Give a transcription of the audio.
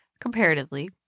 Comparatively